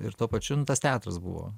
ir tuo pačiu nu tas teatras buvo